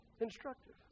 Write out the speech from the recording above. instructive